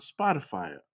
Spotify